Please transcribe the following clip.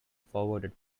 forwarded